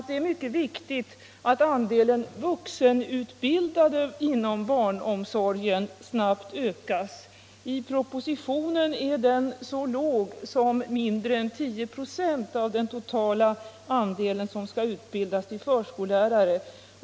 Det är mycket viktigt att andelen vuxenstuderande som utbildas inom barnomsorgen snabbt ökas. Enligt propositionen skall den andelen vara så låg som mindre än 10 96 av den totala andel som skall utbildas till förskollärare.